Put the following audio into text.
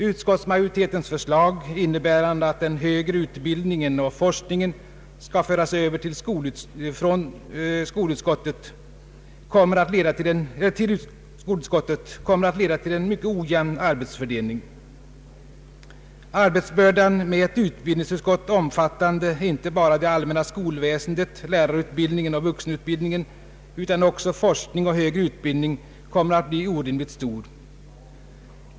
Utskottsmajoritetens förslag, innebärande att den högre utbildningen och forskningen skall föras över till skolutskottet, kommer att leda till en mycket ojämn arbetsfördelning. Arbetsbördan med ett utbildningsutskott omfattande inte bara det allmänna skolväsendet, lärarutbildningen och vuxenutbildningen utan också forskning och högre utbildning kommer att bli orimligt stor.